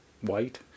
white